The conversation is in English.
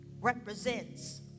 represents